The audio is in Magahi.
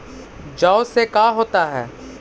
जौ से का होता है?